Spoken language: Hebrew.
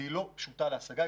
והיא לא פשוטה להשגה.